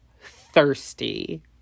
thirsty